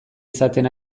izaten